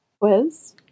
quiz